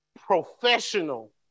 professional